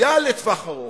ראייה לטווח ארוך.